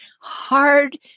hard